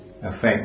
effect